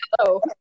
Hello